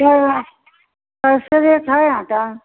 क्या हुआ